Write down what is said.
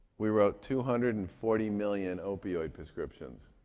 we wrote two hundred and forty million opioid prescriptions.